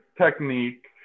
technique